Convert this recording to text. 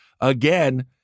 again